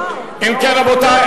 אם כן, רבותי.